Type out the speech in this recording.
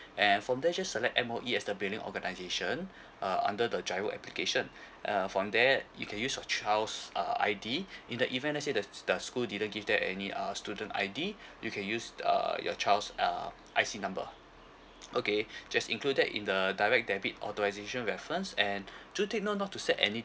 and from there just select M_O_E as the billing organisation uh under the giro application uh from there you can use your child's uh I_D in the event let say the the school didn't give them any uh student I_D you can use err your child's err I_C number okay just include that in the direct debit authorisation reference and to take note not to set any